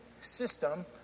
system